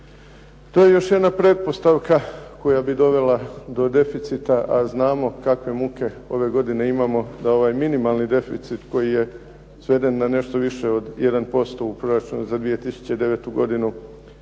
To je još jedna pretpostavka koja bi dovela do deficita a znamo kakve muke ove godine imamo da ovaj minimalni deficit koji je sveden na nešto od više od 1% u proračunu za 2009. godinu